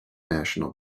national